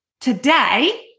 today